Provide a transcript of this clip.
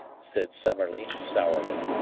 said summerlee sourly.